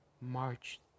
March